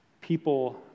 people